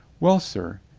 well, sir,